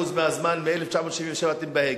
אמרתי ש-80% מהזמן, מ-1977, אתם ליד ההגה.